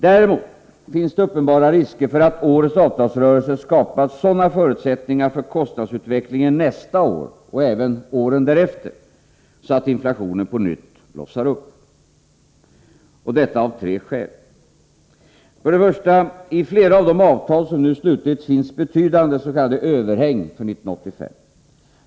Däremot finns det uppenbara risker för att årets avtalsrörelse skapat sådana förutsättningar för kostnadsutvecklingen nästa år och även åren därefter att inflationen på nytt blossar upp — detta av tre skäl: 1. I flera av de avtal som nu slutits finns betydande s.k. överhäng för 1985.